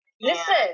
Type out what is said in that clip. Listen